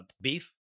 beef